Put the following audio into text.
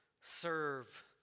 serve